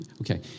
Okay